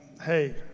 hey